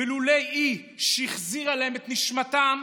ולולא היא שהחזירה להם 'נשמתם'